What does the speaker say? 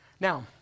Now